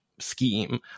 scheme